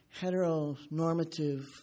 heteronormative